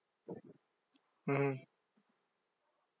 mm mm